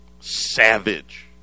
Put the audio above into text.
savage